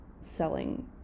selling